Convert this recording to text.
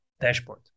dashboard